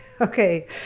okay